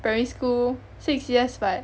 primary school six years but